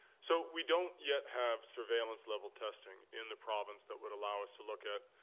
so we don't yet have surveillance-level testing in the province that would allow us to look at